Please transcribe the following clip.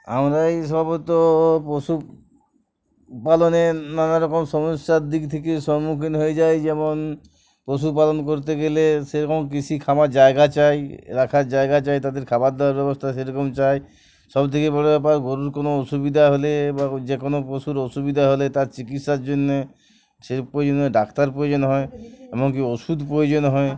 আমরা এই সম্বত পশু পালনে নানারকম সমস্যার দিক থেকে সম্মুখীন হয়ে যায় যেমন পশুপালন করতে গেলে সেরকম কৃষি খাওয়ার জায়গা চাই রাখার জায়গা চাই তাদের খাবার দওয়ার ব্যবস্থা সেরকম চাই সব থেকে বড়ো ব্যাপার গরুর কোনো অসুবিধা হলে বা যে কোনো পশুর অসুবিধা হলে তার চিকিৎসার জন্যে সে প্রয়ো ডাক্তার প্রয়োজন হয় এমনকি ওষুধ প্রয়োজন হয়